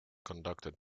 conducted